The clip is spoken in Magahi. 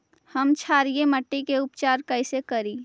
हम क्षारीय मिट्टी के उपचार कैसे करी?